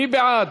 מי בעד?